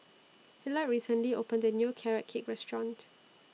Hillard recently opened A New Carrot Cake Restaurant